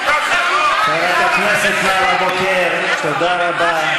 חברת הכנסת נאוה בוקר, תודה רבה.